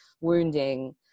wounding